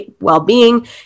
well-being